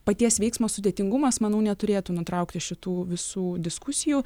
paties veiksmo sudėtingumas manau neturėtų nutraukti šitų visų diskusijų